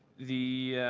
the